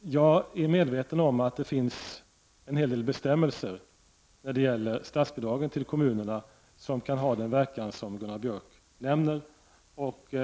Jag är medveten om att det finns en hel del bestämmelser när det gäller statsbidragen till kommunerna som kan ha den verkan som Gunnar Björk nämner.